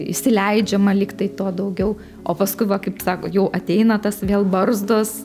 įsileidžiama lygtai to daugiau o paskui va kaip sako jau ateina tas vėl barzdos